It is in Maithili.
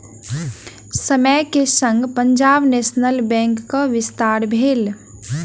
समय के संग पंजाब नेशनल बैंकक विस्तार भेल